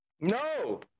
No